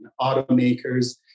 automakers